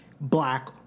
black